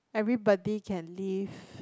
everybody can leave